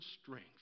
strength